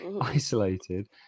isolated